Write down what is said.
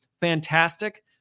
fantastic